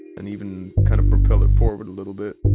and even kind of propel it forward a little bit.